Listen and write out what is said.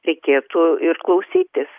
reikėtų ir klausytis